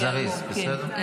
אבל זריז, בסדר?